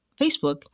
Facebook